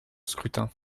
scrutin